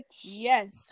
Yes